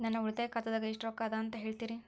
ನನ್ನ ಉಳಿತಾಯ ಖಾತಾದಾಗ ಎಷ್ಟ ರೊಕ್ಕ ಅದ ಅಂತ ಹೇಳ್ತೇರಿ?